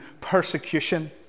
persecution